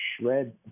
shred